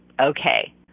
Okay